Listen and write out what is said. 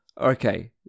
Okay